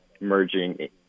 merging